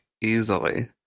easily